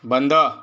बंद